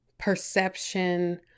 Perception